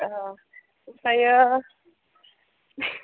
दायो